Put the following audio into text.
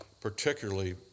particularly